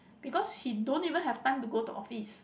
because he don't even have time to go to office